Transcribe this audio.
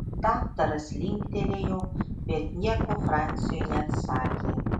daktaras linktelėjo bet nieko franciui neatsakė